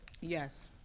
Yes